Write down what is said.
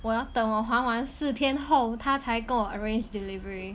我要等我还完四天后她才跟我 arrange delivery